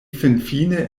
finfine